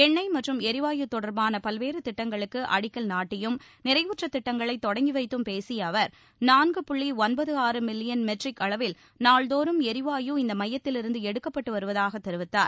எண்ணெய் மற்றும் எரிவாயு தொடர்பான பல்வேறு திட்டங்களுக்கு அடிக்கல் நாட்டியும் நிறைவுற்ற திட்டங்களை தொடங்கி வைத்து பேசிய அவர் நான்கு புள்ளி ஒன்பது ஆறு மில்லியன் மெட்ரிக் அளவில் நாள்தோறும் எரிவாயு இந்த மையத்திலிருந்து எடுக்கப்பட்டு வருவதாக தெரிவித்தார்